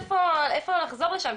איפה לחזור לשם.